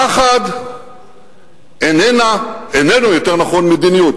פחד איננו מדיניות.